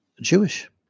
Jewish